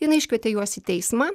jinai iškvietė juos į teismą